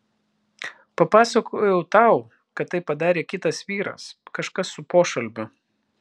papasakojau tau kad tai padarė kitas vyras kažkas su pošalmiu